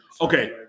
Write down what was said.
Okay